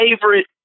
favorite